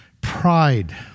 Pride